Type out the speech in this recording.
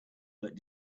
but